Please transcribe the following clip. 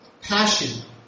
passion